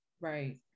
Right